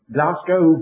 Glasgow